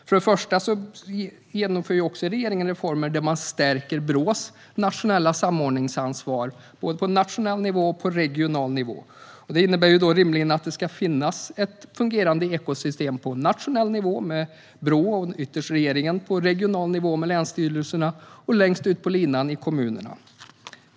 För det första genomför regeringen reformer där man stärker Brås nationella samordningsansvar på både nationell och regional nivå. Det innebär rimligen att det kommer att finnas ett fungerande ekosystem på nationell nivå med Brå och ytterst regeringen, på regional nivå med länsstyrelserna och längst ut på linjen i kommunerna.